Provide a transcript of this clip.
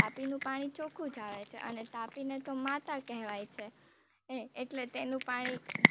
તાપીનું પાણી ચોખ્ખું જ આવે છે અને તાપીને તો માતા કહેવાય છે એ એટલે તેનું પાણી